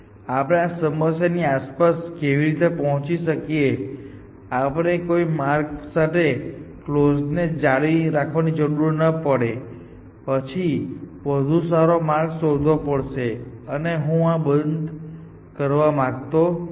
આપણે સમસ્યાની આસપાસ કેવી રીતે પહોંચી શકીએ કે આપણે કોઈ માર્ગ સાથે કલોઝ ને જાળવી રાખવાની જરૂર ન પડે અને પછીથી વધુ સારો માર્ગ શોધવો પડશે અને હું આ બધું કરવા માંગતો નથી